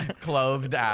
Clothed